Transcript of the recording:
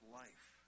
life